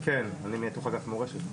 כן, אני מייצג את אגף מורשת.